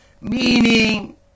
meaning